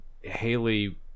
Haley